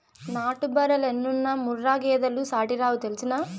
నాటు బర్రెలెన్నున్నా ముర్రా గేదెలు సాటేరావు తెల్సునా